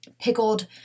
pickled